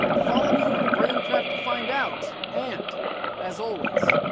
follow me over to braincraft to find out. and as always,